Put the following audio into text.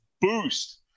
Boost